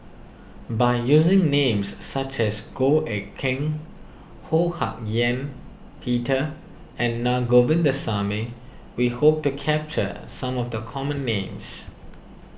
by using names such as Goh Eck Kheng Ho Hak Ean Peter and Naa Govindasamy we hope to capture some of the common names